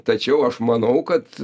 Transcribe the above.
tačiau aš manau kad